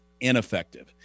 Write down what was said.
ineffective